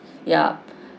yeah